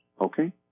Okay